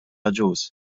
agius